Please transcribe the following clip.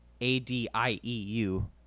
A-D-I-E-U